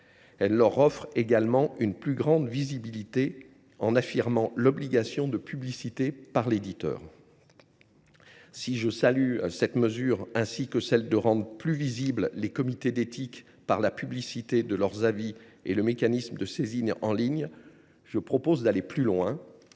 Elle leur offre également une plus grande visibilité en affirmant l’obligation de publicité par l’éditeur. Si je salue cette mesure ainsi que celle qui vise à rendre plus visibles les comités d’éthique par la publicité de leurs avis et par le mécanisme de saisine en ligne, je propose d’aller au bout